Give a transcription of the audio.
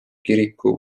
kiriku